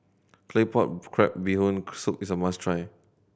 Claypot Crab Bee Hoon Soup is a must try